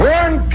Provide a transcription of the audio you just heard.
one